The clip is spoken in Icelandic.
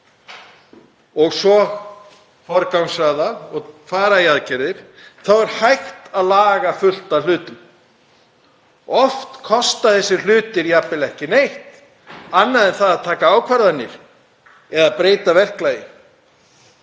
og forgangsraða og fara í aðgerðir er hægt að laga fullt af hlutum. Oft kosta þessir hlutir jafnvel ekki neitt annað en það að taka ákvarðanir eða breyta verklagi.